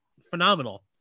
phenomenal